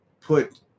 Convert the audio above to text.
put